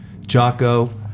Jocko